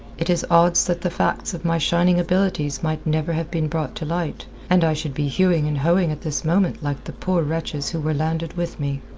it is odds that the facts of my shining abilities might never have been brought to light, and i should be hewing and hoeing at this moment like the poor wretches who were landed with me.